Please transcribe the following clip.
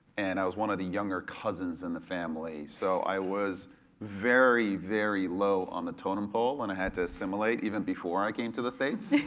and i was one of the younger younger cousins in the family. so i was very, very low on the totem pole and i had to assimilate even before i came to the states.